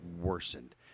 worsened